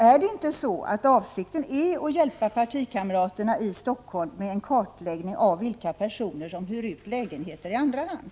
Är det inte så att avsikten är att hjälpa partikamraterna i Helsingfors med en kartläggning av vilka personer som hyr ut lägenheter i andra hand?